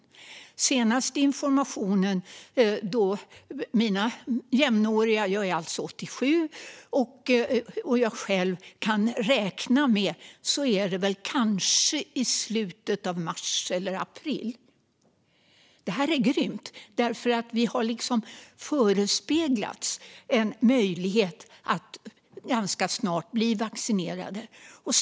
Den senaste informationen är att mina jämnåriga - jag är alltså 87 - och jag själv kan räkna med att kanske bli vaccinerade i slutet av mars eller i april. Det här är grymt, därför att vi har förespeglats en möjlighet att ganska snart bli vaccinerade.